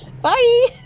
Bye